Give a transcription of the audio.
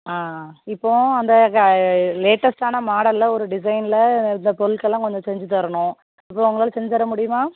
ஆ இப்போது அந்த க லேட்டஸ்ட்டான மாடலில் ஒரு டிசைனில் இந்த பொருட்கெல்லாம் கொஞ்சம் செஞ்சு தரணும் அப்புறம் உங்களால் செஞ்சு தர முடியுமா